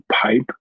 pipe